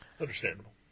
Understandable